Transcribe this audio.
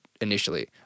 initially